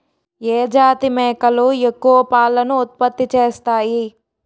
ఏ జాతి మేకలు ఎక్కువ పాలను ఉత్పత్తి చేస్తాయి?